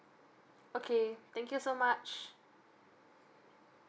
okay thank you so much